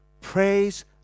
praise